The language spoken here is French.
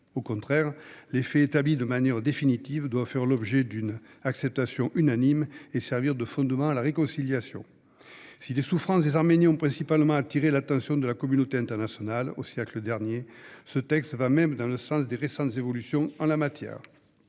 Au contraire, les faits établis de manière définitive doivent faire l'objet d'une acceptation unanime et servir de fondement à une réconciliation. Si les souffrances des Arméniens ont principalement attiré l'attention de la communauté internationale au siècle dernier, ce texte va dans le sens des récentes évolutions en la matière.